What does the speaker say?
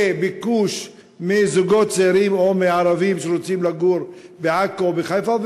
ביקוש מזוגות צעירים או מערבים שרוצים לגור בעכו או בחיפה,